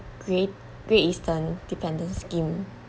great great eastern dependant's scheme